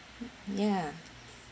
ya